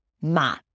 Ma